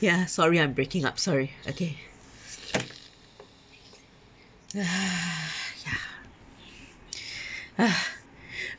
ya sorry I'm breaking up sorry okay ya